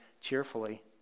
cheerfully